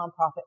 nonprofit